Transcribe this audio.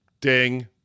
Ding